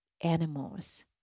animals